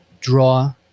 draw